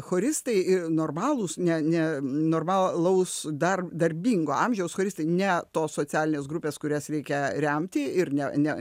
choristai normalūs ne ne normalaus dar darbingo amžiaus choristai ne tos socialinės grupės kurias reikia remti ir ne ne